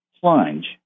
plunge